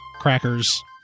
crackers